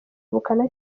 ubukana